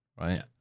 Right